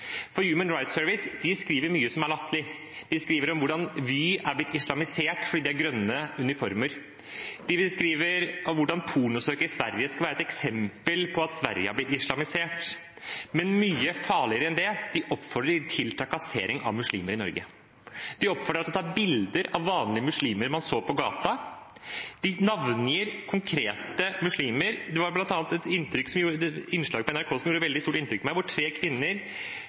Human Rights Service skriver mye som er latterlig. De skriver om hvordan Vy er blitt islamisert fordi de har grønne uniformer. De skriver hvordan pornosøk i Sverige skal være et eksempel på at Sverige har blitt islamisert. Men mye farligere enn det: De oppfordrer til trakassering av muslimer i Norge. De oppfordrer deg til å bilder av vanlige muslimer man ser på gata, og de navngir konkrete muslimer. Det var bl.a. et innslag på NRK som gjorde et veldig stort inntrykk på meg, hvor tre kvinner